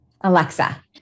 Alexa